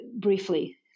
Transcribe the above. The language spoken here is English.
briefly